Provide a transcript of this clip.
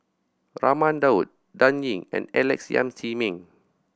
Raman Daud Dan Ying and Alex Yam Ziming